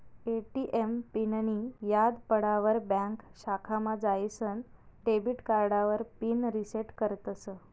ATM पिननीं याद पडावर ब्यांक शाखामा जाईसन डेबिट कार्डावर पिन रिसेट करतस